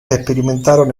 experimentaron